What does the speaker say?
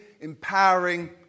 empowering